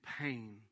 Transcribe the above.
pain